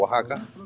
Oaxaca